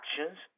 actions